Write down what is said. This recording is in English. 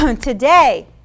today